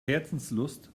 herzenslust